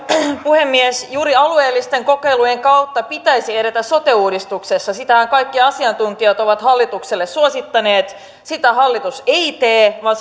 puhemies juuri alueellisten kokeilujen kautta pitäisi edetä sote uudistuksessa sitähän kaikki asiantuntijat ovat hallitukselle suosittaneet sitä hallitus ei tee vaan